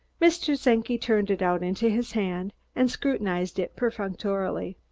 mr. czenki turned it out into his hand and scrutinized it perfunctorily.